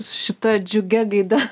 šita džiugia gaida